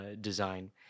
design